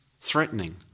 threatening